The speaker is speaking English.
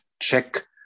check